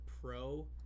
pro